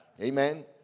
Amen